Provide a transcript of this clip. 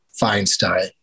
Feinstein